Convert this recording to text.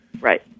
Right